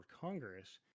Congress